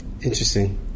Interesting